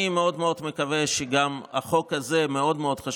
אני מקווה מאוד מאוד שגם החוק הזה חשוב לו מאוד מאוד,